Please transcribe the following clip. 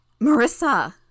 Marissa